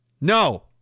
No